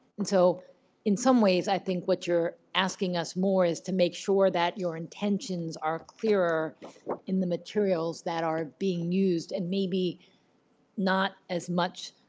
and so in some ways i think what you're asking us more is to make sure that your intentions are clearer in the materials that are being used and maybe not as much,